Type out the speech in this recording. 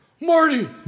Marty